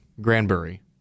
Granbury